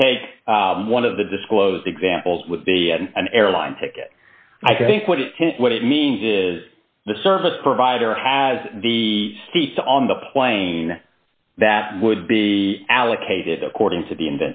you take one of the disclosed examples with an airline ticket i think what it what it means is the service provider has seats on the plane that would be allocated according to the